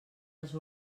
els